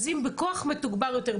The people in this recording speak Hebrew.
אז אם בכוח מתוגבר יותר,